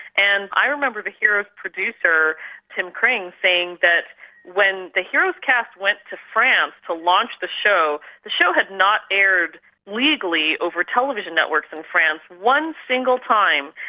and i remember the heroes producer tim crane saying that when the heroes cast went to france to launch the show, that show had not aired legally over television networks in france one single time.